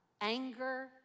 anger